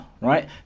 right